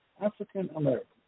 African-American